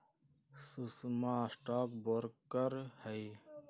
सुषमवा stock broker हई